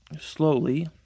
slowly